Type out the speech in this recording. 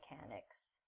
mechanics